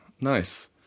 nice